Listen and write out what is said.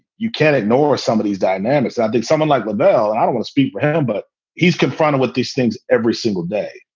you can't ignore some of these dynamics. i think someone like leavelle and i don't speak hand, but he's confronted with these things every single day.